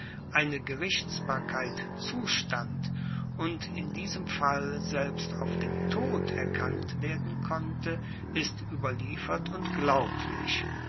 eine gerichtsbarkeit zustand und in diesem fall selbst auf den tod erkannt werden konnte ist ueberliefert und glaublich